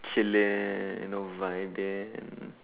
chill lah don't like that